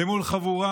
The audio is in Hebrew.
למול חבורה